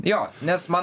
jo nes man